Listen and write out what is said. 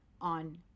on